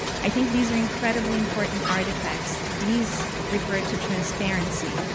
i think these are incredibly important artifacts. these refer to transparency.